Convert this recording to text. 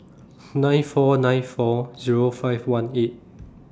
nine four nine four Zero five one eight